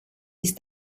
ist